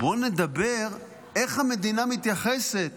בואו נדבר איך המדינה מתייחסת